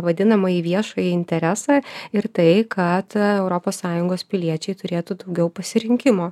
vadinamąjį viešąjį interesą ir tai kad europos sąjungos piliečiai turėtų daugiau pasirinkimo